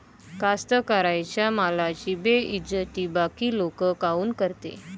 कास्तकाराइच्या मालाची बेइज्जती बाकी लोक काऊन करते?